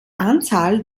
anzahl